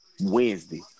Wednesday